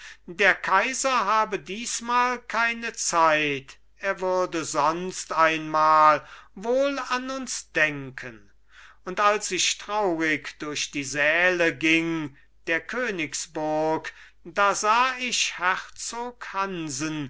der kaiser habe diesmal keine zeit er würde sonst einmal wohl an uns denken und als ich traurig durch die säle ging der königsburg da sah ich